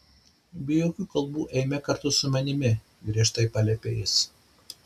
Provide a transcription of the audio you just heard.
be jokių kalbų eime kartu su manimi griežtai paliepė jis